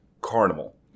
carnival